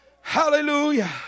Hallelujah